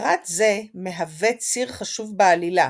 פרט זה מהווה ציר חשוב בעלילה